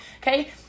Okay